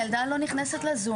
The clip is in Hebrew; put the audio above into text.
הילדה לא מוכנה להיכנס לזום,